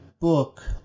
book